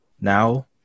Now